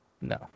No